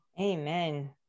Amen